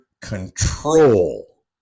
control